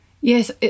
Yes